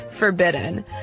forbidden